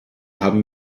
haben